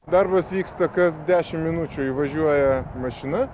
darbas vyksta kas dešim minučių įvažiuoja mašina